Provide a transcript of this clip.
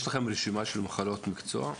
יש לכם רשימה של מחלות מקצוע?